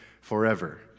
forever